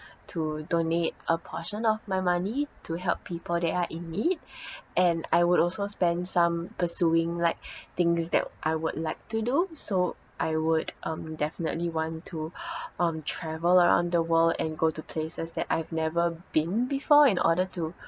to donate a portion of my money to help people that are in need and I would also spend some pursuing like things that I would like to do so I would um definitely want to um travel around the world and go to places that I've never been before in order to